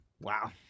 Wow